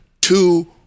two